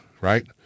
right